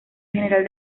general